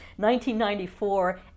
1994